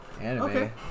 Anime